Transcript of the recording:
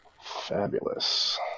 Fabulous